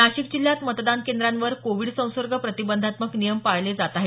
नाशिक जिल्ह्यात मतदान केंद्रांवर कोविड संसर्ग प्रतिबंधात्मक नियम पाळले जात आहेत